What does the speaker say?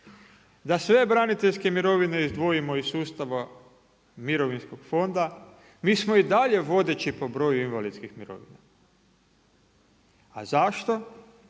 da sve braniteljske mirovine izdvojimo iz sustava Mirovinskog fonda mi smo i dalje vodeći po broju invalidskih mirovina. A zašto?